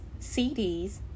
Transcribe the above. CDs